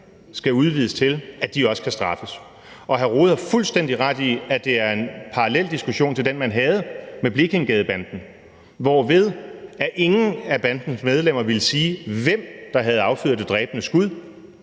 skal udvides til, at de også kan straffes. Hr. Jens Rohde har fuldstændig ret i, at det er en parallel diskussion til den, man havde i forbindelse med Blekingegadebanden, hvor ingen af bandens medlemmer ville sige, hvem der havde affyret det dræbende skud,